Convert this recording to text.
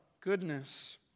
goodness